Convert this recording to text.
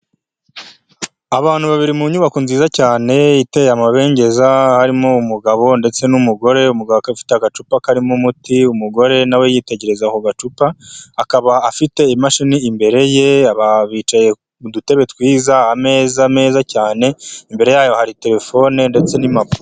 Abantu babiri mu nyubako nziza cyane iteye amabengeza, harimo umugabo ndetse n'umugore, umugabo ufite agacupa karimo umuti umugore nawe yitegereza ako gacupa akaba afite imashini imbere ye, bicaye mu dutebe twiza, ameza meza cyane, imbere yayo hari telefone ndetse n'impapuro...